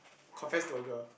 confess to a girl